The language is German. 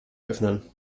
öffnen